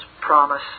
promise